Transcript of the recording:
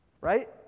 Right